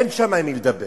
אין שם עם מי לדבר,